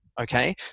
Okay